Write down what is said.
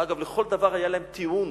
אגב, לכל דבר היה להם טיעון: